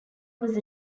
was